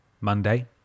Monday